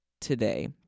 today